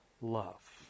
love